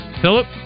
Philip